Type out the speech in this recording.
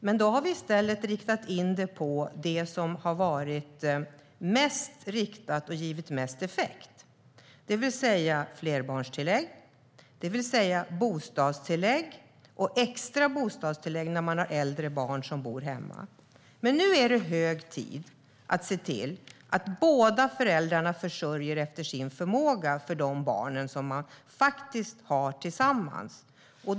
I stället har vi inriktat det på det som har varit mest riktat och givit mest effekt, det vill säga flerbarnstillägg, bostadstillägg och extra bostadstillägg när man har äldre barn som bor hemma. Nu är det hög tid att se till att båda föräldrarna efter sin förmåga försörjer de barn som de har tillsammans.